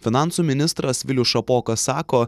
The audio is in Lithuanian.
finansų ministras vilius šapoka sako